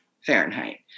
Fahrenheit